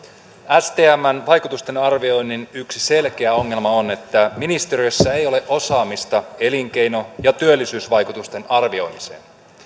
stmn vaikutusten arvioinnin yksi selkeä ongelma on että ministeriössä ei ole osaamista elinkeino ja työllisyysvaikutusten arvioimiseen